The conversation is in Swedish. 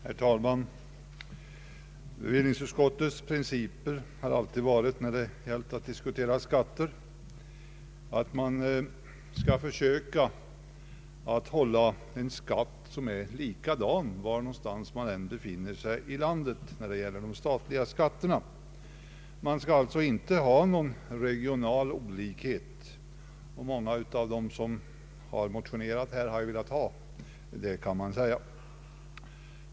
Herr talman! Bevillningsutskottets princip i fråga om de statliga skatterna har alltid varit att man skall försöka hålla en skatt som är likadan var människorna än befinner sig i landet. Man skall alltså inte ha någon regional olikhet. Många av dem som motionerar här har velat ha en sådan olikhet.